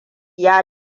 ya